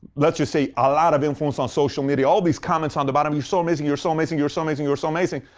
let's just say a lot of influence on social media. all these comments on the bottom, you're so amazing, you're so amazing, you're so amazing, you're so amazing.